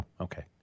okay